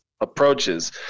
approaches